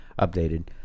updated